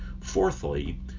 Fourthly